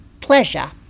pleasure